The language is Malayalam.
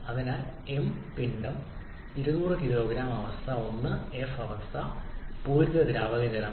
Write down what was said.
അതിനാൽ m പിണ്ഡം 200 കിലോഗ്രാം അവസ്ഥ 1 എഫ് അവസ്ഥ പൂരിത ദ്രാവക ജലം